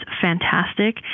fantastic